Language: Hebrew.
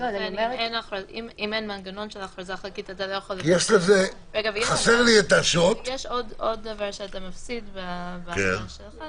תוגש לוועדה עם התשתית העובדתית שהיוותה את הבסיס לקבלתה משהו כזה